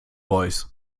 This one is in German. voice